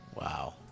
Wow